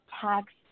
tax